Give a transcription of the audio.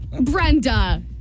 Brenda